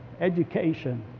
education